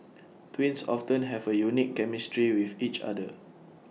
twins often have A unique chemistry with each other